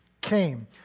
came